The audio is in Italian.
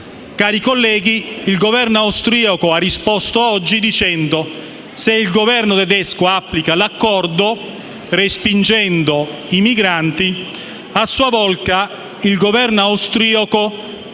Cari colleghi, il Governo austriaco ha risposto oggi dicendo che, se il Governo tedesco applica l'accordo respingendo i migranti, a sua volta il Governo austriaco